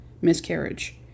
miscarriage